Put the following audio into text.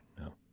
no